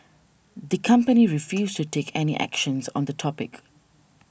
the company refused to take any actions on the topic